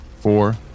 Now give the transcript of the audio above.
four